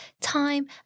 time